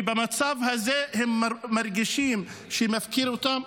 ובמצב הזה הם מרגישים שמפקירים אותם.